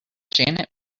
janet